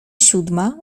siódma